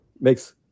makes